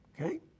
Okay